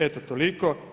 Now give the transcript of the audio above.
Eto toliko.